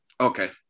Okay